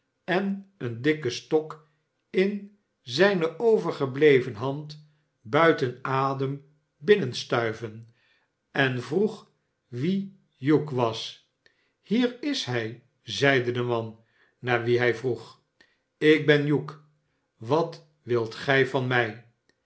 en een dikken stok in zijne overgebleven hand buiten adem binnenstuiven en vroeg wie hugh was hier is hij zeide de man naar wien hij vroeg ik ben hugh wat wilt gij van mij